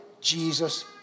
Jesus